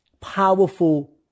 powerful